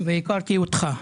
והכרתי אותך.